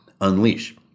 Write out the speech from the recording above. unleash